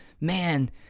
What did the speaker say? man